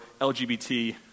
LGBT